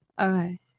Okay